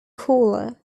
cola